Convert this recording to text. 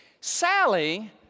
Sally